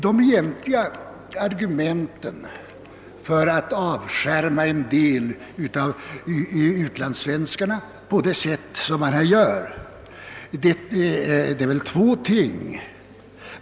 De egentliga argumenten för att avskärma en del av utlandssvenskarna på det sätt som man gör är av två slag.